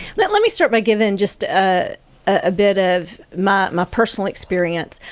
let let me start by giving just a ah bit of my my personal experience.